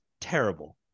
terrible